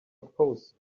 oppose